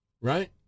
right